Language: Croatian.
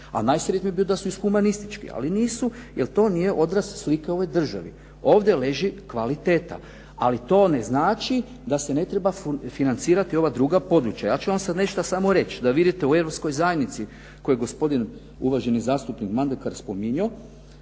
a najsretniji bih bio da su iz humanističkih, ali nisu jer to nije odraz slike u ovoj državi. Ovdje leži kvaliteta, ali to ne znači da se ne treba financirati ova druga područja. Ja ću vam sad nešto samo reći, da vidite u Europskoj zajednici koju je gospodin uvaženi zastupnik Mondekar spominjao,